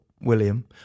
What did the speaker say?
William